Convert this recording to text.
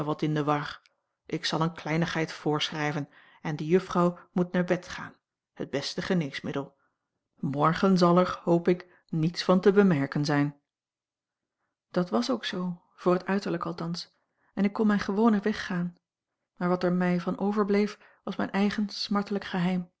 in de war ik zal eene kleinigheid voorschrijven en de juffrouw moet naar bed gaan het beste geneesmiddel morgen zal er hoop ik niets van te bemerken zijn dat was ook z voor het uiterlijke althans en a l g bosboom-toussaint langs een omweg ik kon mijn gewonen weg gaan maar wat er mij van overbleef was mijn eigen smartelijk geheim